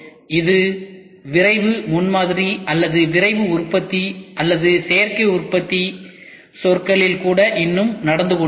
இது விரைவு முன்மாதிரி அல்லது விரைவு உற்பத்தி அல்லது சேர்க்கை உற்பத்தி சொற்களில் கூட இன்னும் நடந்துகொண்டிருக்கும்